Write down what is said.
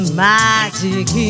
magic